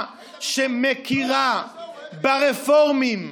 היית בביקור אצל הרפורמים?